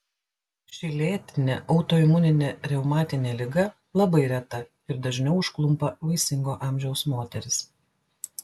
ši lėtinė autoimuninė reumatinė liga labai reta ir dažniau užklumpa vaisingo amžiaus moteris